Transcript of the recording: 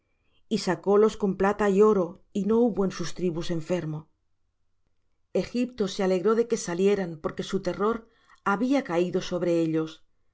y sacólos con plata y oro y no hubo en sus tribus enfermo egipto se alegró de que salieran porque su terror había caído sobre ellos